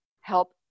help